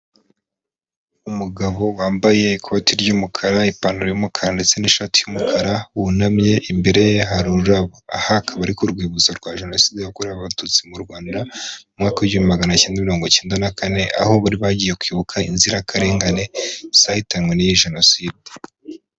Umugabo wambaye ikoti ry'umukara ipantaro y'umukara ndetse n'ishati y'umukara wunamye imbere ye hari ururabo, akaba ari ku rwibutso rwa jenoside yakorewe abatutsi mu Rwanda, mu mwaka w'igihumbi kimwe magana cyenda mirongo icyenda na kane aho bari bagiye kwibuka inzirakarengane zahitanywe n'iyi jenoside.